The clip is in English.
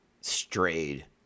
strayed